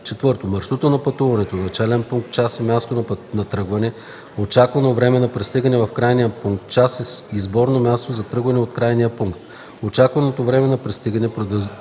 други; 4. маршрута на пътуването, начален пункт, час и място на тръгване, очаквано време на пристигане в крайния пункт, час и сборно място за тръгване от крайния пункт, очакваното време на пристигане,